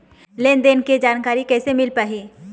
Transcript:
लेन देन के जानकारी कैसे मिल पाही?